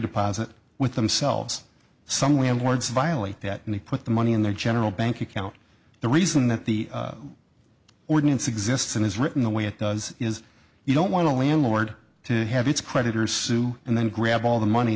deposit with themselves some way of words violate that and he put the money in their general bank account the reason that the ordinance exists and is written the way it does is you don't want a landlord to have its creditors sue and then grab all the money